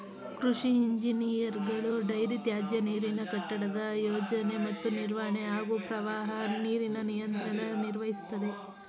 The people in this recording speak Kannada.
ಕೃಷಿ ಇಂಜಿನಿಯರ್ಗಳು ಡೈರಿ ತ್ಯಾಜ್ಯನೀರಿನ ಕಟ್ಟಡದ ಯೋಜನೆ ಮತ್ತು ನಿರ್ವಹಣೆ ಹಾಗೂ ಪ್ರವಾಹ ನೀರಿನ ನಿಯಂತ್ರಣ ನಿರ್ವಹಿಸ್ತದೆ